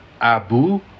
Abu